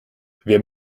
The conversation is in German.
wir